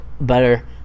better